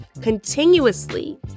continuously